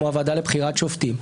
כמו הוועדה לבחירת שופטים.